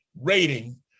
rating